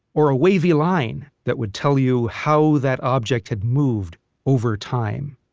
or a wavy line that would tell you how that object had moved over time